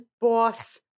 boss